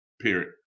period